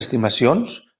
estimacions